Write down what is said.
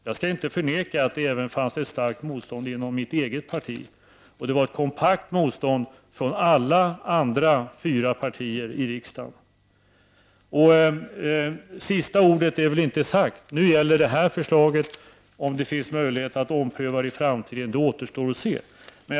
Jag skall inte förneka att det även fanns ett starkt motstånd inom mitt eget parti. Det var ett kompakt motstånd från alla de övriga fyra partierna i riksdagen. Sista ordet är väl inte sagt. Nu gäller det här förslaget. Om det finns möjlighet att ompröva det i framtiden återstår att se.